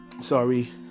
sorry